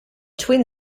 twin